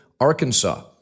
Arkansas